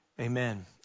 Amen